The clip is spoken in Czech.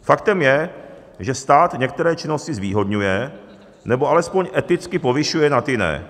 Faktem je, že stát některé činnosti zvýhodňuje, nebo alespoň eticky povyšuje nad jiné.